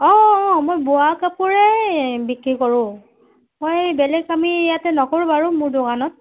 অ অ মই বোৱা কাপোৰেই বিক্ৰী কৰোঁ মই বেলেগ আমি ইয়াতে নকৰোঁ বাৰু মোৰ দোকানত